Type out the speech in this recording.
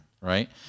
right